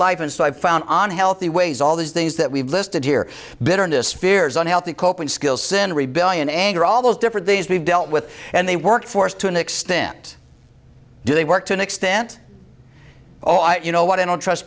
life and so i've found on healthy ways all these things that we've listed here bitterness fears unhealthy coping skills sin rebellion anger all those different things we've dealt with and they work for us to an extent do they work to an extent oh i you know what i don't trust